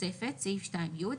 תוספת סעיף 2(י),